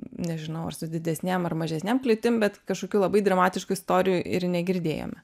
nežinau ar su didesnėm ar mažesnėm kliūtim bet kažkokių labai dramatiškų istorijų ir negirdėjom